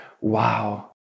wow